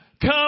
come